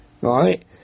Right